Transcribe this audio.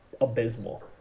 abysmal